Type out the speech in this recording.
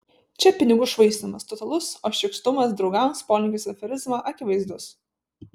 čia pinigų švaistymas totalus o šykštumas draugams polinkis į aferizmą akivaizdus